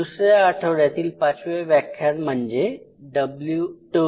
दुसऱ्या आठवड्यातील पाचवे व्याख्यान म्हणजे W2 L5